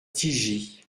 tigy